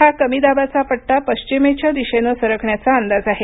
हा कमी दाबाचा पट्टा पश्विमेच्या दिशेनं सरकण्याचा अंदाज आहे